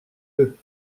eux